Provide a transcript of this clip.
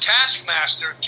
Taskmaster